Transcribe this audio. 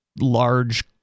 large